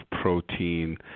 protein